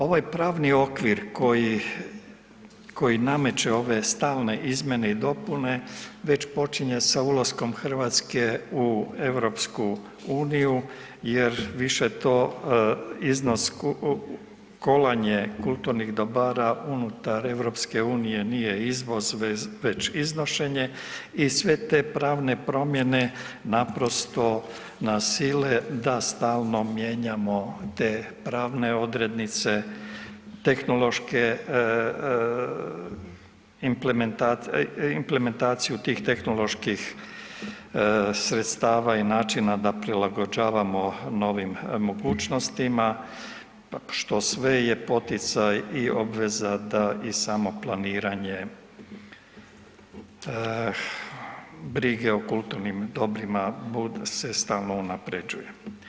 Ovaj pravni okvir koji nameće ove stalne izmjene i dopune već počinje sa ulaskom Hrvatske u EU jer više to iznos kolanje kulturnih dobara unutar EU nije izvoz već iznošenje i sve te pravne promjene naprosto nas sile da stalno mijenjamo te pravne odrednice implementaciju tih tehnoloških sredstava i načina da prilagođavamo novim mogućnostima, što je sve poticaj i obveza da i samo planiranje brige o kulturnim dobrima se stalno unapređuje.